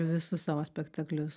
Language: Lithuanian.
visus savo spektaklius